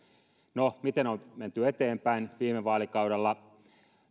no miten on menty eteenpäin viime vaalikaudella